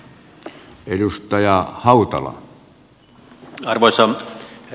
arvoisa herra puhemies